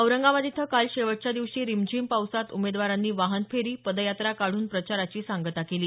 औरंगाबाद इथं काल शेवटच्या दिवशी रिमझिम पावसात उमेदवारांनी वाहन फेरी पदयात्रा काढून प्रचाराची सांगता केली